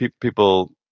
people